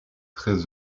très